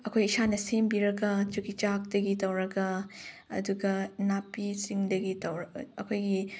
ꯑꯩꯈꯣꯏ ꯏꯁꯥꯅ ꯁꯦꯝꯕꯤꯔꯒ ꯑꯗꯨꯒꯤ ꯆꯥꯛꯇꯒꯤ ꯇꯧꯔꯒ ꯑꯗꯨꯒ ꯅꯥꯄꯤꯁꯤꯡꯗꯒꯤ ꯑꯩꯈꯣꯏꯒꯤ